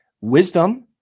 Wisdom